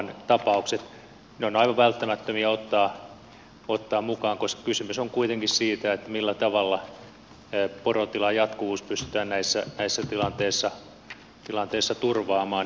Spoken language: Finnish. ne on aivan välttämätöntä ottaa mukaan koska kysymys on kuitenkin siitä millä tavalla porotilan jatkuvuus pystytään näissä tilanteissa turvaamaan